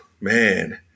man